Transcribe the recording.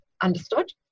understood